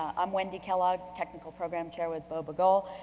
i'm wendy kellogg, technical program chair with bo begole.